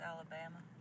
Alabama